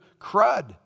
crud